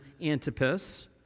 Antipas